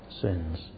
sins